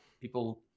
people